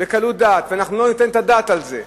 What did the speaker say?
בקלות דעת, אם אנחנו לא ניתן את הדעת על זה,